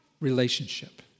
Relationship